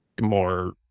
more